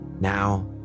now